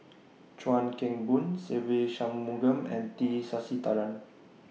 Chuan Keng Boon Se Ve Shanmugam and T Sasitharan